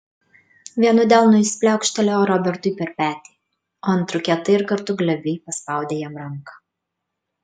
vienu delnu jis pliaukštelėjo robertui per petį o antru kietai ir kartu glebiai paspaudė jam ranką